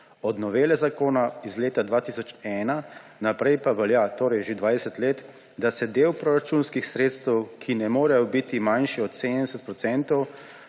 od novele zakona iz leta 2001 pa velja že 20 let, da se del proračunskih sredstev, ki ne morejo biti manjši od 70